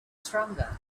stronger